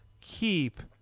keep